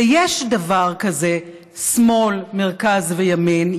ויש דבר כזה שמאל, מרכז וימין.